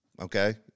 Okay